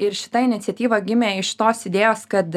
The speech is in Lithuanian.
ir šita iniciatyva gimė iš tos idėjos kad